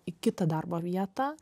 į kitą darbo vietą